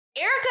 Erica